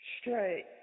straight